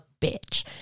bitch